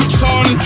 son